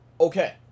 okay